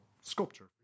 sculpture